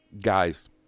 guys